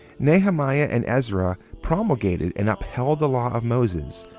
nehemiah and ezra promulgated and upheld the law of moses,